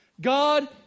God